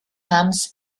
namens